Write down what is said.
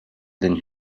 than